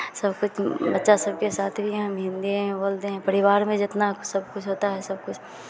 सब कुछ बच्चा सबके साथ भी हम हिन्दी में बोल दें परिवार में जितना सब कुछ होता है सब कोई